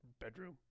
bedroom